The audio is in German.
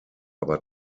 aber